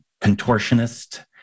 contortionist